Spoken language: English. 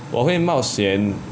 我会冒险